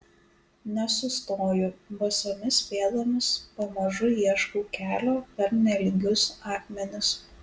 nesustoju basomis pėdomis pamažu ieškau kelio per nelygius akmenis